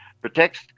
protects